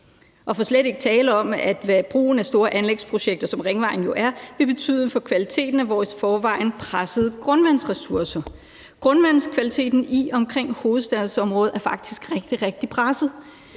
for slet ikke at tale om, hvad brugen af store anlægsprojekter, som ringvejen jo er, vil betyde for kvaliteten af vores i forvejen pressede grundvandsressourcer. Grundvandskvaliteten i og omkring hovedstadsområdet er faktisk rigtig, rigtig presset.